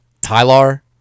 Tyler